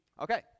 Okay